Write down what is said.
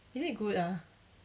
is it good ah